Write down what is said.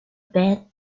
bad